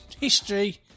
history